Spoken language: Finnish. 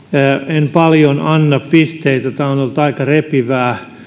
en paljon anna pisteitä tämä on ollut aika repivää